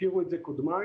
והזכירו את זה קודמיי,